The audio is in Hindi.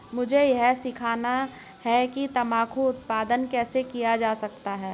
मुझे यह सीखना है कि तंबाकू उत्पादन कैसे किया जा सकता है?